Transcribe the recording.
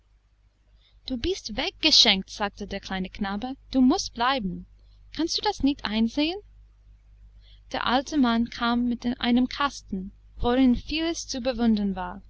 du bist weggeschenkt sagte der kleine knabe du mußt bleiben kannst du das nicht einsehen der alte mann kam mit einem kasten worin vieles zu bewundern war